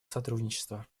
сотрудничества